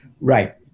Right